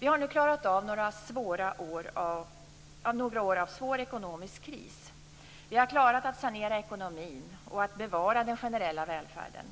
Vi har nu klarat av några år av svår ekonomisk kris. Vi har klarat att sanera ekonomin och att bevara den generella välfärden.